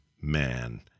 man